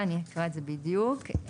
של תקנות אלה"